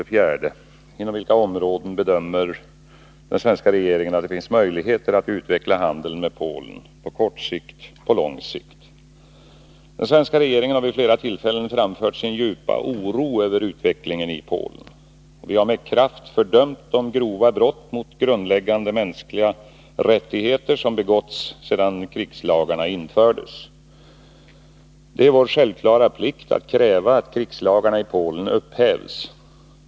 Inom vilka områden bedömer den svenska regeringen att det finns möjligheter att utveckla handeln med Polen? På kort sikt? På lång sikt? Den svenska regeringen har vid flera tillfällen framfört sin djupa oro över utvecklingen i Polen. Vi har med kraft fördömt de grova brott mot grundläggande mänskliga rättigheter som begåtts sedan krigslagarna infördes. Det är vår självklara plikt att kräva att krigslagarna i Polen upphävs.